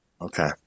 Okay